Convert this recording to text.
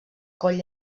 coll